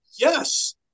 yes